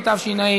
ולומדים,